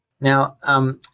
Now